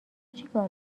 چیکار